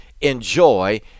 enjoy